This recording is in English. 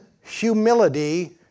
humility